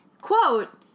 Quote